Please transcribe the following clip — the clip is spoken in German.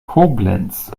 koblenz